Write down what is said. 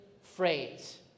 phrase